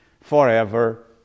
forever